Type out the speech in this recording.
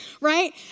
right